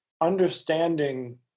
understanding